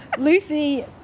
Lucy